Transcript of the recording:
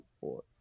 four